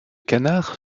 canard